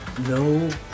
No